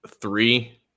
three